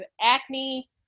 acne